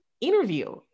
interview